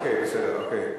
אוקיי, בסדר, אוקיי.